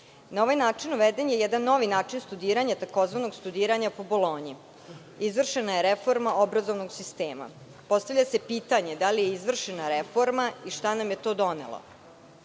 Na ovaj način uveden je jedan novi način studiranja, tzv. studiranja po Bolonji. Izvršena je reforma obrazovnog sistema. Postavlja se pitanje – da li je izvršena reforma i šta nam je to donelo? Srbija